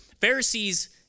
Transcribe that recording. Pharisees